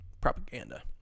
Propaganda